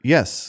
Yes